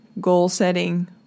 goal-setting